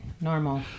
normal